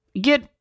Get